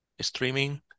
streaming